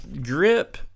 grip